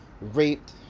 raped